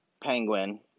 penguin